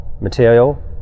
material